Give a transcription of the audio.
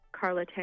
Carla